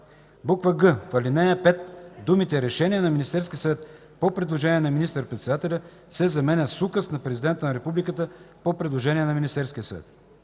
г) в ал. 5 думите „решение на Министерския съвет по предложение на министър-председателя” се заменят с „указ на президента на републиката по предложение на Министерския съвет”;